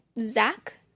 zach